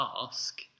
ask